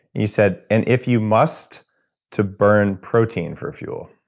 you said, and if you must to burn protein for fuel.